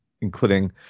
including